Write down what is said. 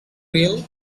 reel